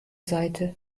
seite